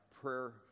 prayer